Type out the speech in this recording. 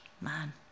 man